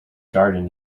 garden